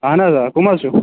اَہَن حظ آ کٕم حظ چھِو